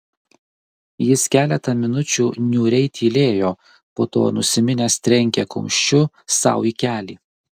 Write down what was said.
jis keletą minučių niūriai tylėjo po to nusiminęs trenkė kumščiu sau į kelį